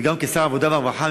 וגם כשר העבודה והרווחה,